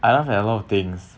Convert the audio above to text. I don't have a lot of things